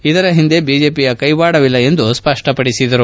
ಇದರ ಹಿಂದೆ ಬಿಜೆಪಿಯ ಕೈವಾಡವಿಲ್ಲ ಎಂದು ಸ್ಪಷ್ಟಪಡಿಸಿದರು